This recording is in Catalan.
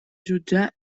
jutjar